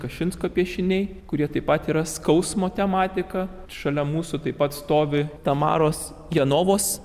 kašinsko piešiniai kurie taip pat yra skausmo tematika šalia mūsų taip pat stovi tamaros genovos